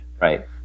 Right